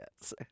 yes